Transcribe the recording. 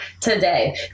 today